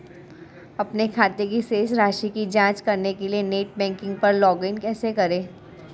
अपने खाते की शेष राशि की जांच करने के लिए नेट बैंकिंग पर लॉगइन कैसे करें?